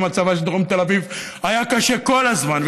מצבה של דרום תל אביב היה קשה כל הזמן.